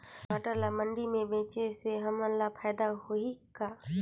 टमाटर ला मंडी मे बेचे से हमन ला फायदा होही का?